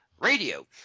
radio